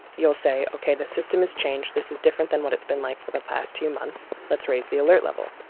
you'll say, ok, the system has changed. this is different than what it's been like for the past few months. let's raise the alert level.